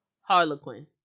Harlequin